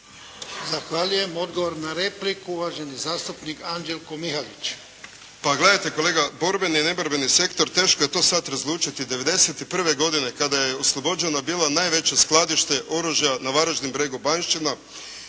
Zahvaljujem. Odgovor na repliku uvaženi zastupnik Mato Bilonjić.